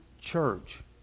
church